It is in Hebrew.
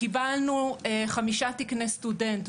קיבלנו תקני סטודנט,